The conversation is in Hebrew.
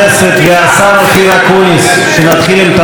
שנתחיל עם תקדים הוצאת שרים מן המליאה?